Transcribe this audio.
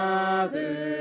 Father